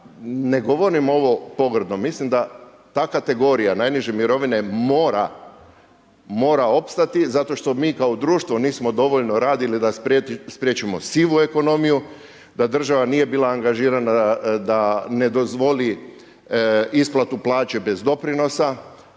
ne govorim ovo pogrdno, mislim da ta kategorija najniže mirovine mora, mora opstati zato što mi kao društvo nismo dovoljno radili da spriječimo sivu ekonomiju, da država nije bila angažirana da ne dozvoli isplatu plaće bez doprinosa,